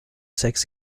sex